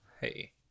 Hey